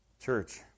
Church